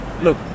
Look